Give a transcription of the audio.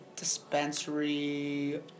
Dispensary